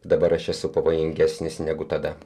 dabar aš esu pavojingesnis negu tada